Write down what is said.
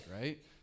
right